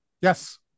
Yes